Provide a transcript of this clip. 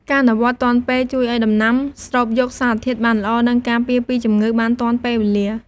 ការអនុវត្តទាន់ពេលជួយឱ្យដំណាំស្រូបយកសារធាតុបានល្អ និងការពារពីជំងឺបានទាន់ពេលវេលា។